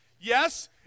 Yes